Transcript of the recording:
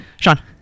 Sean